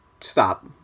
stop